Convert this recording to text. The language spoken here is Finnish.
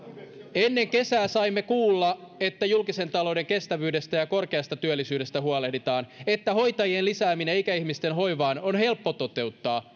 ennen kesää saimme kuulla että julkisen talouden kestävyydestä ja korkeasta työllisyydestä huolehditaan että hoitajien lisääminen ikäihmisten hoivaan on helppo toteuttaa